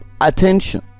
Attention